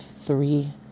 three